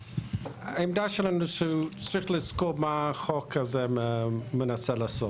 העמדה שלנו שצריך לזכור מה החוק הזה מנסה לעשות?